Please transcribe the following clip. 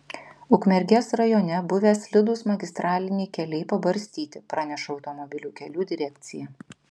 ukmergės rajone buvę slidūs magistraliniai keliai pabarstyti praneša automobilių kelių direkcija